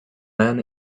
men